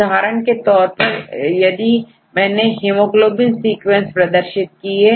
उदाहरण के तौर पर मैंने हिमोग्लोबिन सीक्वेंस प्रदर्शित किए